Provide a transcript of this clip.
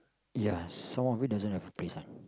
yes some of it doesn't have a play sign